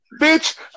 Bitch